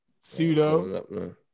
Pseudo